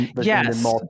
Yes